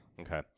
Okay